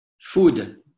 food